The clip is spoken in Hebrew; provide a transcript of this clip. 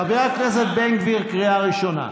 חבר הכנסת בן גביר, קריאה ראשונה.